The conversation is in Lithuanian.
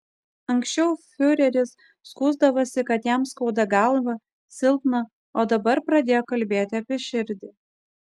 anksčiau fiureris skųsdavosi kad jam skauda galvą silpna o dabar pradėjo kalbėti apie širdį